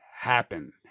happen